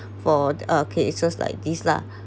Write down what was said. for uh cases like this lah